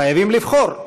חייבים לבחור.